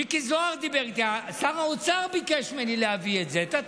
לא שלא אמרתי, אמרתי שצריך את זה, אמרתי בוועדה.